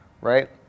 right